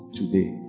today